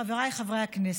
חבריי חברי הכנסת,